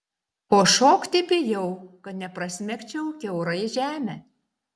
o šokti bijau kad neprasmegčiau kiaurai žemę